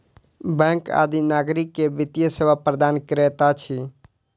bank आदि नागरिक के वित्तीय सेवा प्रदान करैत अछि